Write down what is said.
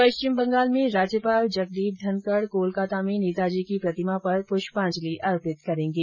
पश्चिम बंगाल में राज्यपाल जगदीप धनखड कोलकाता में नेताजी की प्रतिमा पर पुष्पाजंलि अर्पित करेंगे